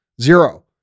Zero